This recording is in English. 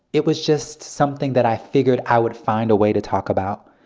it was just something that i figured i would find a way to talk about.